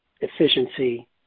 Efficiency